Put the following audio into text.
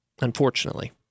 unfortunately